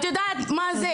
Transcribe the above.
את יודעת מה זה?